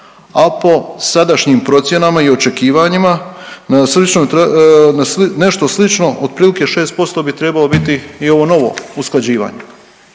a po sadašnjim procjenama i očekivanjima nešto slično otprilike 6% bi trebalo biti i ovo novo usklađivanje.